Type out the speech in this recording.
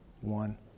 one